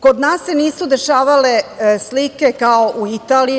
Kod nas se nisu dešavale slike kao u Italije.